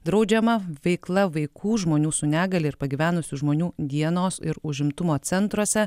draudžiama veikla vaikų žmonių su negalia ir pagyvenusių žmonių dienos ir užimtumo centruose